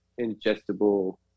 ingestible